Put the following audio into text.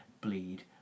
bleed